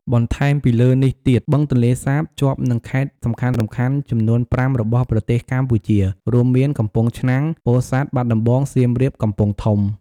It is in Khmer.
បន្ថែមពីលើនេះទៀត បឹងទន្លេសាបជាប់នឹងខេត្តសំខាន់ៗចំនួន ៥ របស់ប្រទេសកម្ពុជា រួមមាន កំពង់ឆ្នាំង ពោធិ៍សាត់ បាត់ដំបង សៀមរាប កំពង់ធំ។